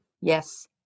Yes